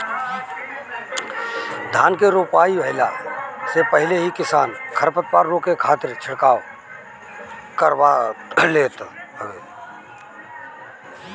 धान के रोपाई भइला से पहिले ही किसान खरपतवार रोके खातिर छिड़काव करवा लेत हवे